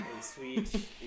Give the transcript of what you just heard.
sweet